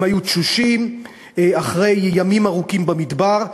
הם היו תשושים אחרי ימים ארוכים במדבר.